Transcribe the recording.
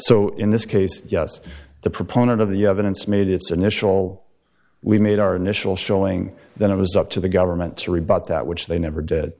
so in this case yes the proponent of the evidence made its initial we made our initial showing then it was up to the government to rebut that which they never did